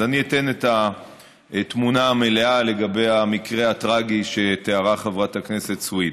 אז אני אתן את התמונה המלאה לגבי המקרה הטרגי שתיארה חברת הכנסת סויד.